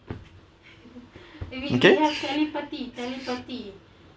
okay